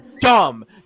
dumb